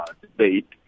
debate